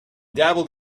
dabbled